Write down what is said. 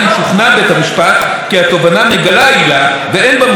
אם שוכנע בית המשפט כי התובענה מגלה עילה ואין בה משום